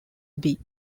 abbey